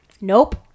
Nope